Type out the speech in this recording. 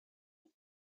and